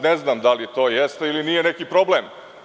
Ne znam da li to jeste ili nije neki problem.